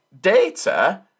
Data